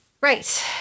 right